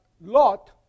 Lot